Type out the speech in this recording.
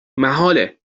محاله